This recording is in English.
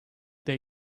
they